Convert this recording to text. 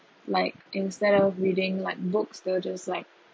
like instead of reading like books they will just like